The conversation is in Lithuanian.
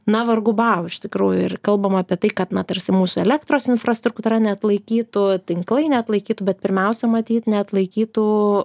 na vargu bau iš tikrųjų ir kalbama apie tai kad na tarsi mūsų elektros infrastruktūra neatlaikytų tinklai neatlaikytų bet pirmiausia matyt neatlaikytų